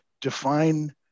define